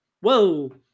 whoa